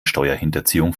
steuerhinterziehung